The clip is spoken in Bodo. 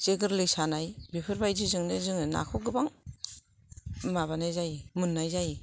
जे गोरलै सानाय बेफोरबायजोंनो जों नाखौ गोबां माबानाय जायो मोननाय जायो